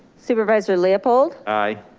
supervisor leopold. aye.